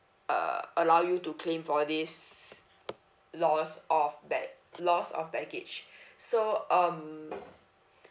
uh allow you to claim for this lost of bag~ lost of baggage so um